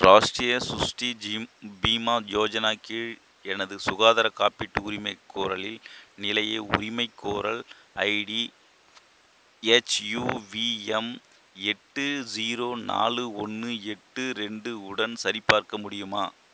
ராஷ்ட்ரிய சுஸ்டி ஜீம் பீமா யோஜனா கீழ் எனது சுகாதார காப்பீட்டு உரிமைகோரலில் நிலையை உரிமைகோரல் ஐடி ஹெச்யுவிஎம் எட்டு ஜீரோ நாலு ஒன்று எட்டு ரெண்டு உடன் சரிபார்க்க முடியுமா